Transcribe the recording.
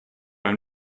ein